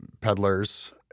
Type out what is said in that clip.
peddlers